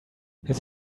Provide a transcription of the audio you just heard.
his